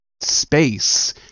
space